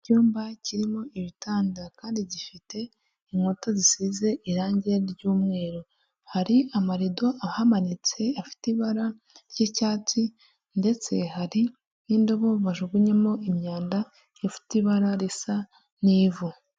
iicyumba kirimo ibitanda kandi gifite inkuta zisize irangi ry'umweru hari amarido ahamanitse afite ibara ry'icyatsi ndetse hari n'indobo bajugunyemo imyanda ifite ibara risa n'ivu.